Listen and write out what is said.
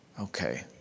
okay